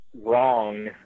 Wrong